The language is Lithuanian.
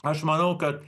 aš manau kad